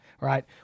right